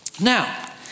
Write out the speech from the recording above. Now